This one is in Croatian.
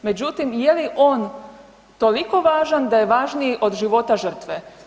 Međutim, je li on toliko važan da je važniji od života žrtve?